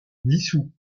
dissous